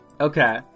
Okay